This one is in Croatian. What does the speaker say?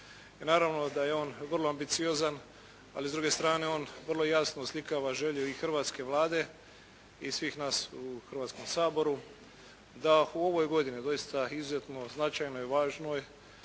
naravno da je on vrlo ambiciozan ali s druge strane on vrlo jasno oslikava želju i hrvatske Vlade i svih nas u Hrvatskom saboru da u ovoj godini doista izuzetno značajnoj i važnoj